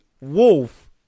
wolf